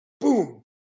boom